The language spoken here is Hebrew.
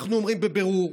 אנחנו אומרים בבירור: